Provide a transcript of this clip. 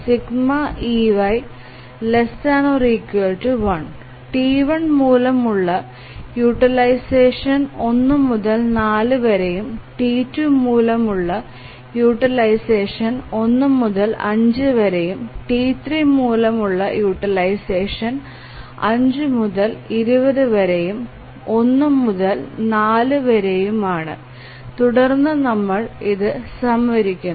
T1 മൂലമുള്ള utilisation 1 മുതൽ 4 വരെയും T2 മൂലമുള്ള യൂട്ടിലൈസഷൻ 1 മുതൽ 5 വരെയും T3 മൂലമുള്ള യൂട്ടിലൈസഷൻ 5 മുതൽ 20 വരെയും 1 മുതൽ 4 വരെയുമാണ് തുടർന്ന് നമ്മൾ ഇത് സംഗ്രഹിക്കുന്നു